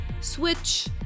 switch